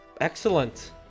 Excellent